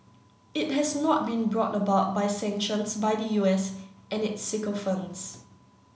it has not been brought about by sanctions by the U S and its sycophants